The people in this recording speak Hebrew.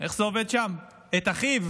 איך זה עובד שם, את אחיו